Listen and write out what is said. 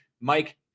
Mike